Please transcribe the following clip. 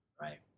Right